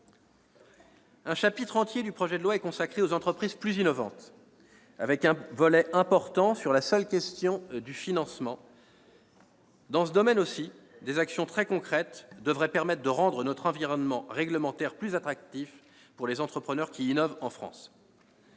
Un chapitre entier du projet de loi est consacré aux entreprises plus innovantes ; en son sein, un volet important porte sur la seule question du financement. Dans ce domaine aussi, des actions très concrètes devraient permettre de rendre notre environnement réglementaire plus attractif pour les entrepreneurs qui innovent en France.